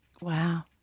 Wow